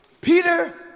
Peter